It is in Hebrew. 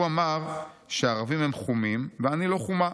הוא אמר שהערבים הם חומים ואני לא חומה,